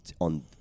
on